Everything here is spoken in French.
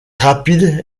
rapide